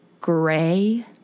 Gray